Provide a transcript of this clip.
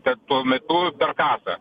bet tuo metu per kasą